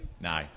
No